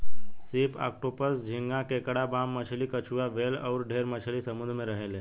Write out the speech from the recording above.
सीप, ऑक्टोपस, झींगा, केकड़ा, बाम मछली, कछुआ, व्हेल अउर ढेरे मछली समुंद्र में रहेले